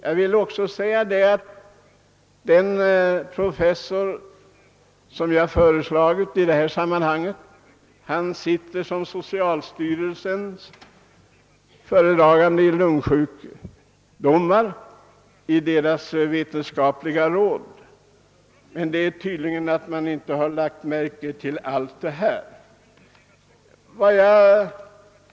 Jag vill också nämna att den person som jag har föreslagit till professur sitter som föredragande i frågor rörande lungsjukdomar i socialstyrelsens vetenskapliga råd. Tydligen har man inte heller lagt märke till detta.